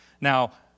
Now